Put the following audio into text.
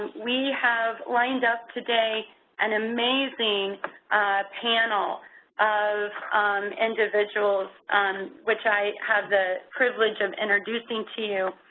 we have lined up today and amazing panel of individuals which i have the privilege of introducing to you.